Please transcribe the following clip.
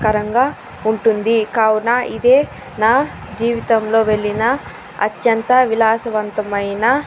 కరంగా ఉంటుంది కావున ఇదే నా జీవితంలో వెళ్ళిన అత్యంత విలాసవంతమైన